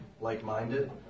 like-minded